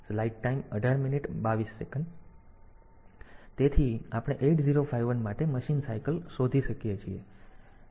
તેથી આપણે 8051 માટે મશીન સાઇકલ શોધી શકીએ છીએ